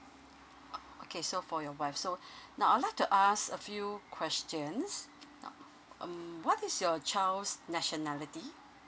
okay so for your wife so now I would like to ask a few questions um what is your child's nationality